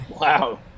Wow